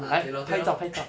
ah 对 lor 对 lor